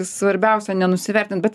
svarbiausia nenusivertint bet